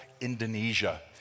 Indonesia